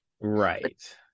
Right